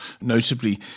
notably